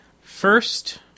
first